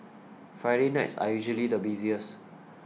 Friday nights are usually the busiest